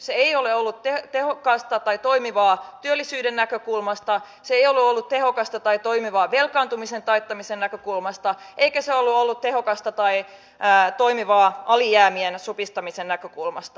se ei ole ollut tehokasta tai toimivaa työllisyyden näkökulmasta se ei ole ollut tehokasta tai toimivaa velkaantumisen taittamisen näkökulmasta eikä se ole ollut tehokasta tai toimivaa alijäämien supistamisen näkökulmasta